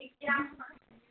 જામફળ